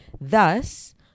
thus